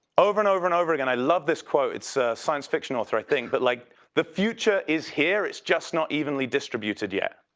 over and over and over again, i love this quote. it's a science fiction outright thing. but like the future is here, it's just not evenly distributed yet.